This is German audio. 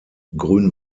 grün